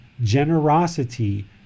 generosity